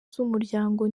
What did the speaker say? z’umuryango